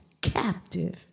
captive